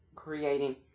creating